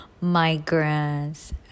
migrants